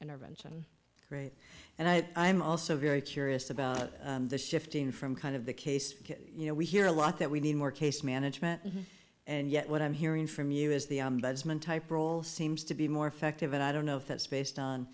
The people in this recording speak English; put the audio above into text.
intervention rate and i'm also very curious about the shifting from kind of the case you know we hear a lot that we need more case management and yet what i'm hearing from you is the ombudsman type role seems to be more effective and i don't know if that's based on